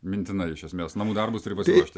mintinai iš esmės namų darbus turi pasiruošti